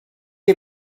you